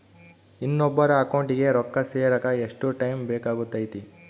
ಇನ್ನೊಬ್ಬರ ಅಕೌಂಟಿಗೆ ರೊಕ್ಕ ಸೇರಕ ಎಷ್ಟು ಟೈಮ್ ಬೇಕಾಗುತೈತಿ?